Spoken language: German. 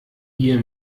ihr